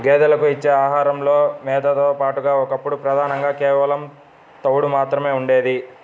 గేదెలకు ఇచ్చే ఆహారంలో మేతతో పాటుగా ఒకప్పుడు ప్రధానంగా కేవలం తవుడు మాత్రమే ఉండేది